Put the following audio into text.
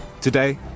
Today